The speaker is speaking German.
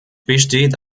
besteht